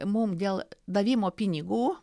mum dėl davimo pinigų